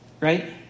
right